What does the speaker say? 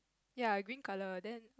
ya green colour then